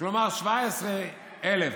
כלומר 17,000,